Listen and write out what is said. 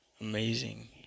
amazing